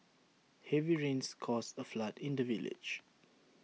heavy rains caused A flood in the village